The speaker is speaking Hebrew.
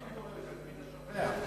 שתמיד את השם שלי אתה אף פעם לא יודע.